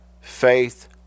faith